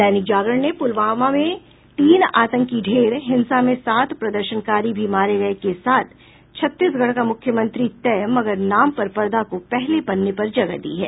दैनिक जागरण ने पुलवामा में तीन आतंकी ढेर हिंसा में सात प्रदशर्नकारी भी मारे गये के साथ छत्तीसगढ़ का मुख्यमंत्री तय मगर नाम पर पर्दा को पहले पन्ने पर जगह दी है